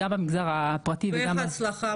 גם המגזר הפרטי וגם ה --- ואיך ההצלחה?